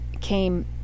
came